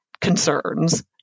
concerns